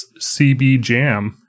cbjam